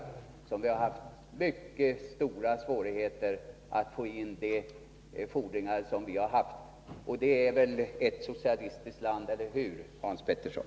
Vi har haft mycket stora svårigheter att få in de fordringar vi har haft på det landet. Det är väl ett socialistiskt land — eller hur, Hans Petersson?